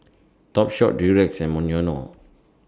Topshop Durex and Monoyono